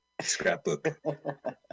scrapbook